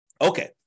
Okay